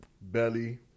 belly